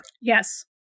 yes